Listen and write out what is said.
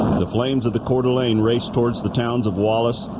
the flames of the coeur d'alene raced towards the towns of wallace,